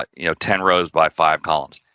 but you know, ten rows by five columns.